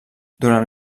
durant